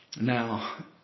Now